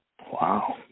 Wow